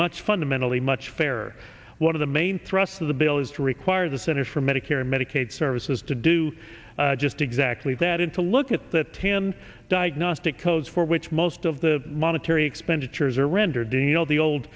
much fundamentally much fairer one of the main thrust of the bill is to require the centers for medicare and medicaid services to do just exactly that and to look at that tim diagnostic codes for which most of the monetary expenditures are rendered in you know the old